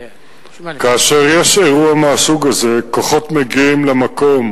כאשר יש אירוע מהסוג הזה, כוחות מגיעים למקום